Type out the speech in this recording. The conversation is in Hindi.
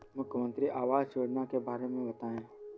मुख्यमंत्री आवास योजना के बारे में बताए?